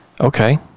Okay